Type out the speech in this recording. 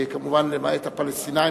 כמובן למעט הפלסטינים,